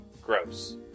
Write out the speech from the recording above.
Gross